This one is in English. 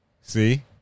See